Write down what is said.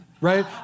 Right